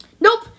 Nope